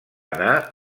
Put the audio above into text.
anar